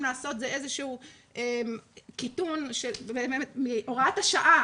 לעשות זה איזשהו קיטון מהוראת השעה,